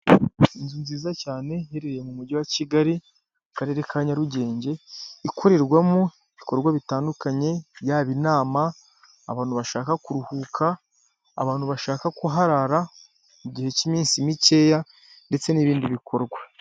Inzu nziza cyane iherereye mu mujyi wa kigali mu karere ka Nyarugenge ikorerwamo ibikorwa bitandukanye yaba inama abantu bashaka kuruhuka abantu bashaka kuharara mu gihe cy'iminsi mikeya ndetse n'ibindi bikorwa .